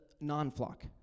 non-flock